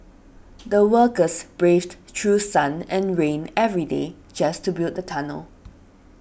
the workers braved through sun and rain every day just to build the tunnel